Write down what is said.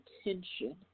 attention